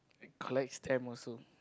collect stamp also